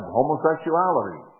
homosexuality